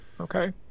Okay